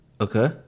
Okay